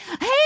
hey